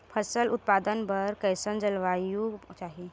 फसल उत्पादन बर कैसन जलवायु चाही?